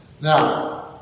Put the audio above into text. Now